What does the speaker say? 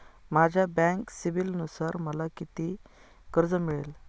माझ्या बँक सिबिलनुसार मला किती कर्ज मिळेल?